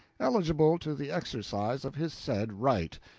eligible to the exercise of his said right,